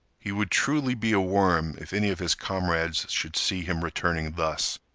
he would truly be a worm if any of his comrades should see him returning thus,